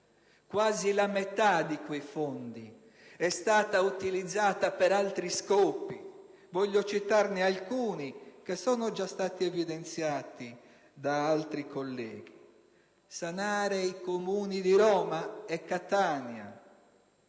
quasi la metà di quei fondi è stata utilizzata per altri scopi. Voglio citarne alcuni, che sono già stati evidenziati da altri colleghi: sanare i bilanci dei Comuni di Roma e Catania;